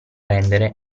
rendere